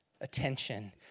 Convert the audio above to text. attention